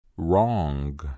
Wrong